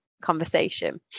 conversation